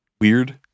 Weird